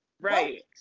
Right